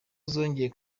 zongeye